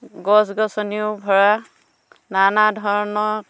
গছ গছনিও ভৰা নানা ধৰণৰ